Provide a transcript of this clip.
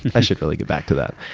and i should really get back to that.